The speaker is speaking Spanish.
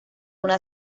una